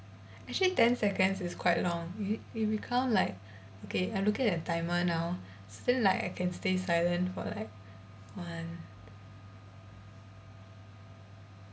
actually ten seconds is quite long you you become like okay I looking at the timer now so like I can stay silent for like one